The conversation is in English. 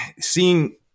seeing